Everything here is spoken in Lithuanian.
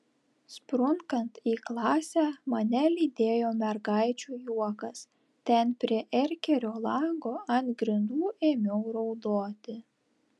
sprunkant į klasę mane lydėjo mergaičių juokas ten prie erkerio lango ant grindų ėmiau raudoti